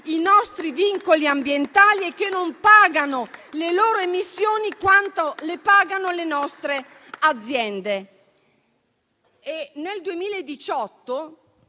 i nostri vincoli ambientali e che non pagano le loro emissioni quanto le fanno le nostre aziende.